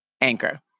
Anchor